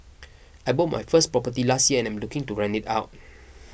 I bought my first property last year and I'm looking to rent it out